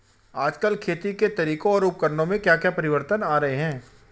आजकल खेती के तरीकों और उपकरणों में क्या परिवर्तन आ रहें हैं?